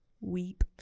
weep